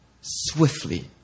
swiftly